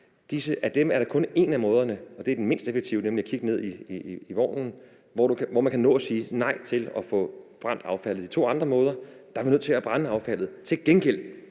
af disse er der kun én af måderne, og det er den mindst effektive, nemlig at kigge ned i vognen, hvor man kan nå at sige nej til at få brændt affaldet. Ved de to andre måder er vi nødt til at brænde affaldet; til gengæld